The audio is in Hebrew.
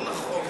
לא נכון.